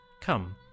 Come